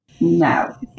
No